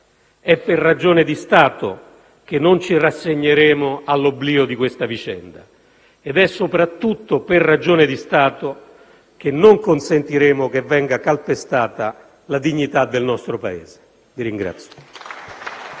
è per ragione di Stato che non ci rassegneremo all'oblio di questa vicenda ed è soprattutto per ragione di Stato che non consentiremo che venga calpestata la dignità del nostro Paese. *(Applausi